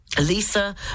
Lisa